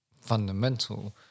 fundamental